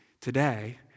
Today